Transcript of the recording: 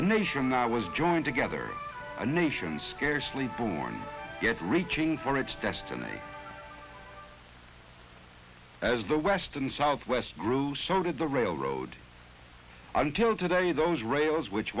a nation that was joined together a nation's scarcely born yet reaching for its destiny as the west and southwest grew so did the railroad until today those rails which